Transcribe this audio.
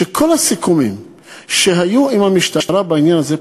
שכל הסיכומים שהיו עם המשטרה בעניין הזה,